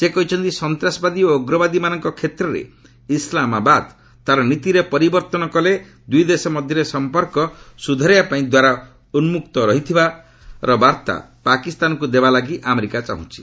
ସେ କହିଛନ୍ତି ସନ୍ତାସବାଦୀ ଓ ଉଗ୍ରବାଦୀମାନଙ୍କ କ୍ଷେତ୍ରରେ ଇସ୍ଲାମାବାଦ ତା'ର ନୀତିରେ ପରିବର୍ଭନ କଲେ ଦୁଇ ଦେଶ ମଧ୍ୟରେ ସମ୍ପର୍କ ସୁଧାରିବାପାଇଁ ଦ୍ୱାର ଉନ୍କକ୍ତ ରହିଥିବା ବାର୍ତ୍ତା ପାକିସ୍ତାନକୁ ଦେବାଲାଗି ଆମେରିକା ଚାହୁଁଛି